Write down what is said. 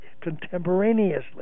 contemporaneously